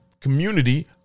community